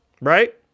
Right